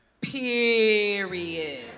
Period